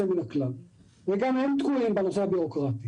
מן הכלל וגם הם תקועים בנושא הבירוקרטי.